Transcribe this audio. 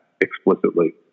explicitly